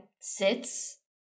sits